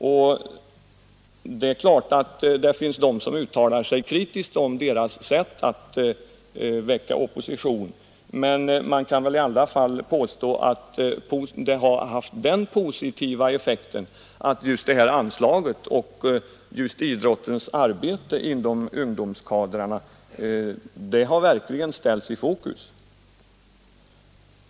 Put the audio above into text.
Självfallet finns det personer som uttalar sig kritiskt om deras sätt att väcka opinion i frågan, men det kan väl ändå sägas ha haft den positiva effekten att anslaget i fråga och idrottsrörelsens arbete inom ungdomskadrarna verkligen har kommit i fokus.